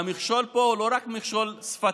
והמכשול פה הוא לא רק מכשול שפתי.